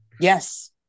yes